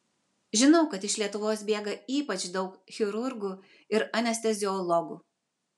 žinau kad iš lietuvos bėga ypač daug chirurgų ir anesteziologų